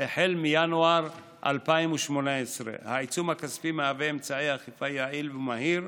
מאז ינואר 2018. העיצום הכספי מהווה אמצעי אכיפה יעיל ומהיר,